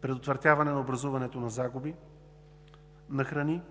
предотвратяване образуването на загуби на храни;